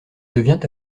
devient